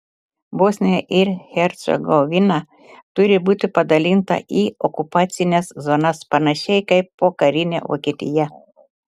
bosnija ir hercegovina turi būti padalinta į okupacines zonas panašiai kaip pokarinė vokietija